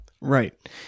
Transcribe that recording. Right